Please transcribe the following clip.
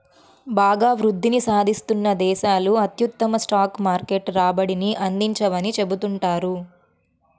బాగా వృద్ధిని సాధిస్తున్న దేశాలు అత్యుత్తమ స్టాక్ మార్కెట్ రాబడిని అందించవని చెబుతుంటారు